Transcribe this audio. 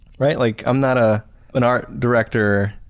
right? like i'm not ah an art director,